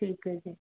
ਠੀਕ ਹੈ ਜੀ